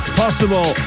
possible